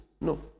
No